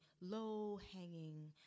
low-hanging